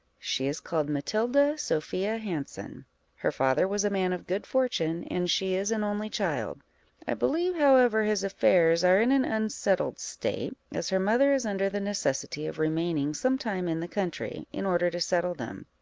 she is called matilda sophia hanson her father was a man of good fortune, and she is an only child i believe, however, his affairs are in an unsettled state, as her mother is under the necessity of remaining some time in the country, in order to settle them.